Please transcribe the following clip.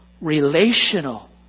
relational